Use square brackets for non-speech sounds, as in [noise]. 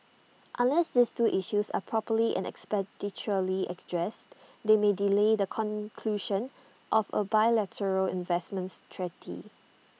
unless these two issues are properly and expeditiously [unintelligible] they may delay the conclusion of A bilateral investments treaty